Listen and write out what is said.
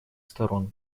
сторон